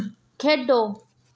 खेढो